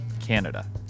Canada